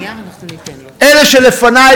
אלה שלפני,